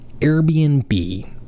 Airbnb